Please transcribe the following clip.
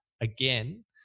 again